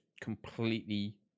completely